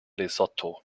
lesotho